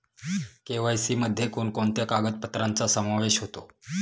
KYC मध्ये कोणकोणत्या कागदपत्रांचा समावेश होतो?